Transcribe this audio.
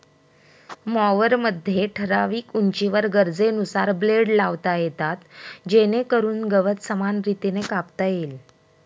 मॉवरमध्ये ठराविक उंचीवर गरजेनुसार ब्लेड लावता येतात जेणेकरून गवत समान रीतीने कापता येईल